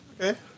okay